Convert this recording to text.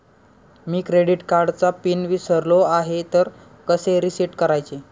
मी credit कार्डचा PIN विसरलो आहे तर कसे रीसेट करायचे?